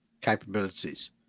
capabilities